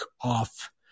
off